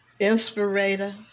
inspirator